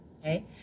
okay